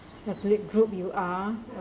ethnic group you are